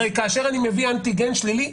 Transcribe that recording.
הרי כאשר אני מביא אנטיגן שלילי,